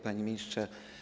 Panie Ministrze!